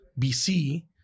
bc